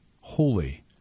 holy